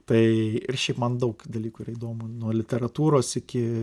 tai ir šiaip man daug dalykų yra įdomu nuo literatūros iki